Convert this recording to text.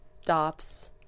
stops